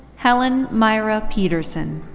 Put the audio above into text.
helen myrah petersen.